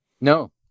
no